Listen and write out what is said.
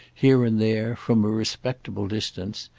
here and there, from a respectable distance,